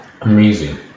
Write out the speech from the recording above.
Amazing